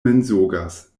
mensogas